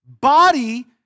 body